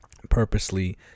Purposely